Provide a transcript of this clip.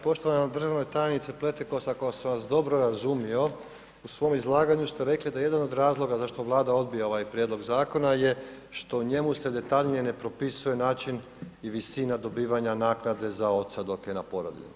Poštovana državna tajnice Pletikosa, ako sam vas dobro razumio, u svom izlaganju ste rekli da jedan od razloga zašto Vlada odbija ovaj prijedlog zakona je što u njemu se detaljnije ne propisuje način i visina dobivanja naknade za oca dok je na porodiljnom.